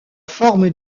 forme